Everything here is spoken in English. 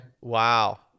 Wow